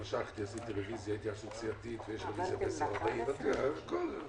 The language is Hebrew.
שמעתי את התגייסותו של ראש הממשלה עבור עמותת "כן לזקן".